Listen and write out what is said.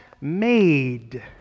made